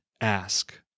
ask